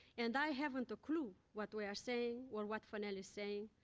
and i haven't a clue what we are saying or what fanel is saying,